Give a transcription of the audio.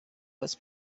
was